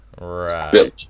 Right